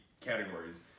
categories